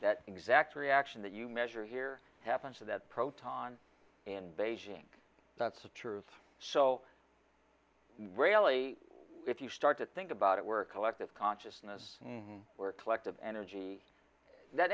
that exact reaction that you measure here happens to that proton in beijing that's the truth so rally if you start to think about it we're a collective consciousness we're collective energy that